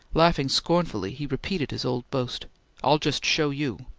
laughing scornfully, he repeated his old boast i'll just show you!